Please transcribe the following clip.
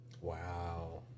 Wow